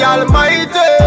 Almighty